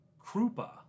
Krupa